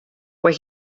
where